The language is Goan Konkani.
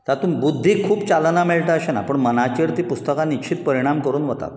तातूंत बुध्दीक खूब चालनां मेळटा अशें ना पूण मनाचेर तीं पुस्तकां निश्चीत परिणाम करून वतात